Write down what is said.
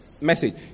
message